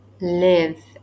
live